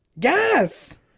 Yes